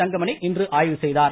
தங்கமணி இன்று ஆய்வு செய்தார்